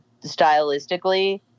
stylistically